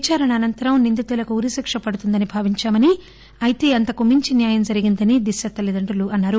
విచారణ అనంతరం నిందితులకు ఉరిశిక్ష పడుతుందని భావించామని అయితే అంతకు మించి న్యాయం జరిగిందని దిశ తల్లిదండ్రులన్నారు